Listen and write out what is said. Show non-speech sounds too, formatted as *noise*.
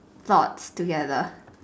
thought together *noise*